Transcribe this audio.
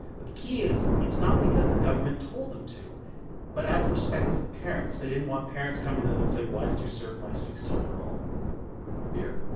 but the key is, it's not because the government told them to but out of respect for the parents. they didn't want parents coming to them and say, why did you serve my sixteen year old beer?